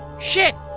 shit